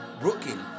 broken